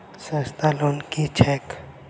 सस्ता लोन केँ छैक